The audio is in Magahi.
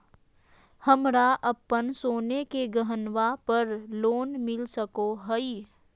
हमरा अप्पन सोने के गहनबा पर लोन मिल सको हइ?